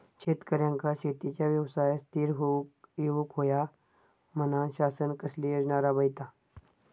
शेतकऱ्यांका शेतीच्या व्यवसायात स्थिर होवुक येऊक होया म्हणान शासन कसले योजना राबयता?